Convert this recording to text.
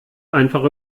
einfach